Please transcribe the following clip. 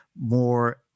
more